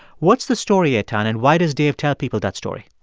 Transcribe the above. what's the story, eitan, and why does dave tell people that story?